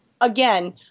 again